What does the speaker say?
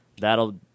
that'll